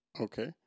Okay